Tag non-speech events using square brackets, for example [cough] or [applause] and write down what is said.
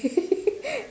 [laughs]